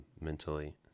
mentally